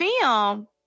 film